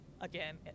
again